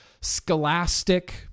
Scholastic